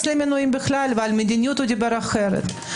למינויים בכלל ועל מדיניות הוא דיבר אחרת.